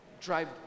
drive